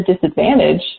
disadvantage